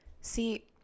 See